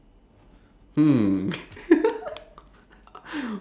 hmm